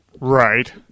Right